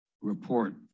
report